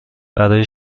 برای